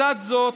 3. לצד זאת,